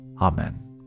Amen